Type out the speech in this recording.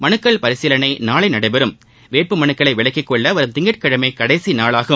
மனுக்கள் பரிசீலனை நாளை நடைபெறும் வேட்புமனுக்களை விலக்கிக் கொள்ள வரும் திங்கட்கிழமை கடைசி நாளாகும்